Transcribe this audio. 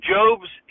Job's